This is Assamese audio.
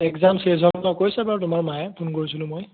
একজাম শেষ হ'ল কৈছে বাৰু তোমাৰ মায়ে ফোন কৰিছিলোঁ মই